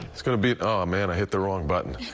it's going to be a ah a man hit the wrong buttons.